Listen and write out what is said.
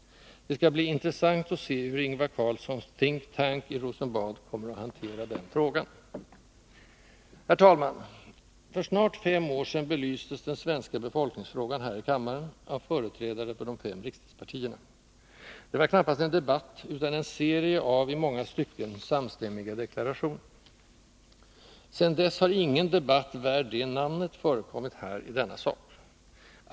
Det skall bli intressant att se hur Ingvar Carlssons ”think tank” i Rosenbad kommer att hantera den frågan. Herr talman! För snart fem år sedan belystes den svenska befolkningsfrågan här i kammaren av företrädare för de fem riksdagspartierna. Det var knappast en debatt, utan en serie av i många stycken samstämmiga deklarationer. Sedan dess har ingen debatt värd det namnet förekommit här i denna sak.